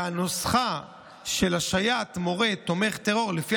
ושהנוסחה של השעיית מורה תומך טרור לפי